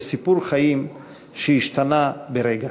וסיפור חיים שהשתנה ברגע.